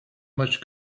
much